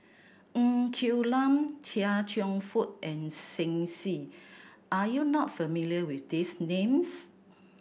Ng Quee Lam Chia Cheong Fook and Shen Xi are you not familiar with these names